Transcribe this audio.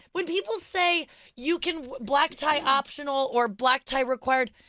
when people say you can, black tie optional, or black tie required,